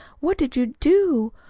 what did you do?